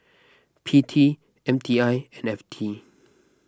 P T M T I and F T